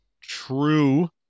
true